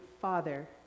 father